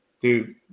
Dude